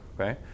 okay